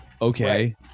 Okay